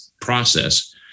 process